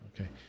Okay